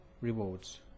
rewards